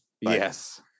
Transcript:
yes